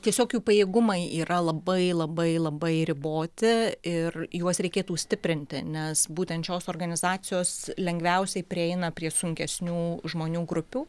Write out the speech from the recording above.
tiesiog jų pajėgumai yra labai labai labai riboti ir juos reikėtų stiprinti nes būtent šios organizacijos lengviausiai prieina prie sunkesnių žmonių grupių